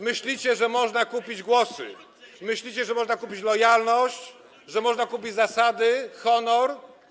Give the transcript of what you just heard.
Myślicie, że można kupić głosy, myślicie, że można kupić lojalność, że można kupić zasady, honor.